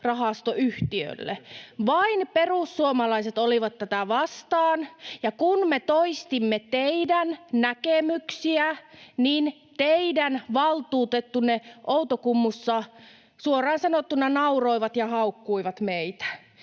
sijoitusrahastoyhtiölle. Vain perussuomalaiset olivat tätä vastaan. Ja kun me toistimme teidän näkemyksiänne, niin teidän valtuutettunne Outokummussa suoraan sanottuna nauroivat ja haukkuivat meitä.